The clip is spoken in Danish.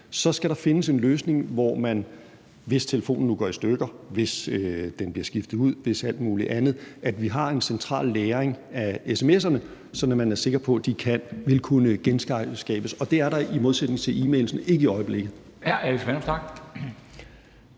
skal der findes en løsning, hvor man, hvis telefonen nu går i stykker, hvis den bliver skiftet ud, hvis alt muligt andet, har en central lagring af sms'erne, sådan at man er sikker på, at de vil kunne genskabes. Og det er der i modsætning til e-mailene ikke i øjeblikket.